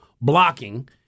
blocking